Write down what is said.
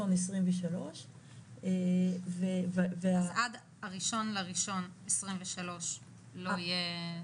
2023. אז עד ה-1 בינואר 2023 לא יהיה?